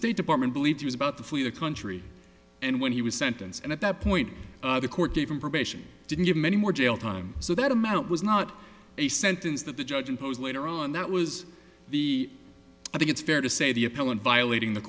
state department believed he was about to flee the country and when he was sentenced and at that point the court gave him probation didn't give him any more jail time so that amount was not a sentence that the judge imposed later on that was the i think it's fair to say the appellant violating the